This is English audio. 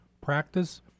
practice